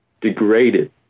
degraded